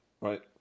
Right